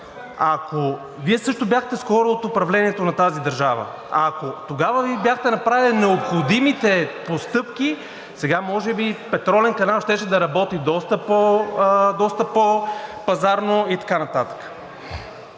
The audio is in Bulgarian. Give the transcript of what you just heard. Вие също бяхте скоро от управлението на тази държава. Ако тогава Вие бяхте направили необходимите постъпки, сега може би петролен канал щеше да работи доста по пазарно и така нататък.